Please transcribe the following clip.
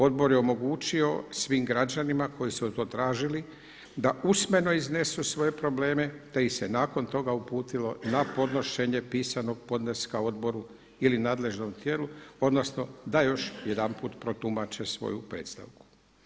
Odbor je omogućio svim građanima koji su ga to tražili da usmeno iznesu svoje probleme te ih se nakon toga uputilo na podnošenje pisanog podneska odboru ili nadležnom tijelu odnosno da još jedanput protumače svoju predstavku.